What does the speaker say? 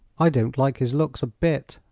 i don't like his looks a bit,